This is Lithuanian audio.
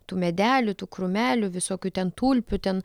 tų medelių tų krūmelių visokių ten tulpių ten